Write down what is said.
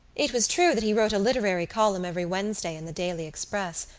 it was true that he wrote a literary column every wednesday in the daily express,